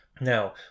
Now